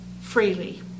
freely